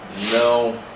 no